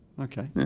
Okay